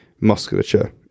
musculature